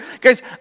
Guys